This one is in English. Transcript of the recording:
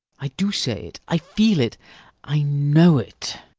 i do say it. i feel it i know it.